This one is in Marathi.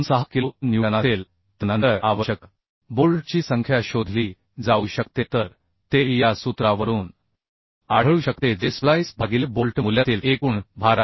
26 किलो न्यूटन असेल तर नंतर आवश्यक बोल्टची संख्या शोधली जाऊ शकते तर ते या सूत्रावरून आढळू शकते जे स्प्लाइस भागिले बोल्ट मूल्यातील एकूण भार आहे